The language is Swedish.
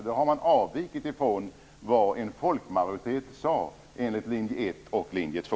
Man har avvikit från vad en folkmajoritet sade enligt linje 1 och linje 2.